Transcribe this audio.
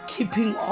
keeping